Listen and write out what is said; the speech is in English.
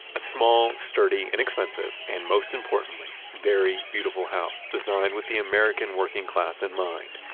a small, sturdy, inexpensive, and most importantly, very beautiful house, designed with the american working class in mind.